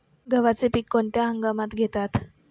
गव्हाचे पीक कोणत्या हंगामात घेतात?